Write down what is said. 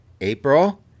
April